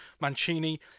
Mancini